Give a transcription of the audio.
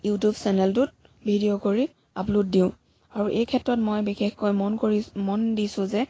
YouTube চেনেলটোত video কৰি upload দিওঁ আৰু এই ক্ষেত্ৰত মই বিশেষকৈ মন কৰি মন দিছোঁ যে